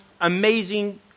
amazing